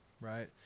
right